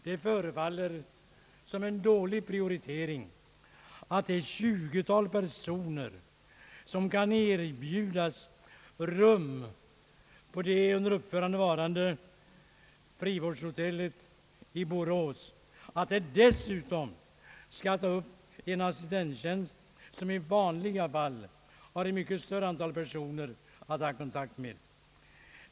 Det förefaller som en dålig prioritering att det 20-tal personer som kan erbjudas rum på det under byggnad varande frivårdshotellet i Borås dessutom skall ta upp en assistenttjänst, som i vanliga fall har ett mycket större antal personer att ta kontakt med.